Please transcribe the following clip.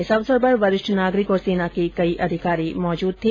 इस अवसर पर वरिष्ठ नागरिक तथा सेना के कई अधिकारी मौजूद थे